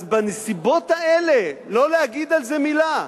אז בנסיבות האלה לא להגיד על זה מלה?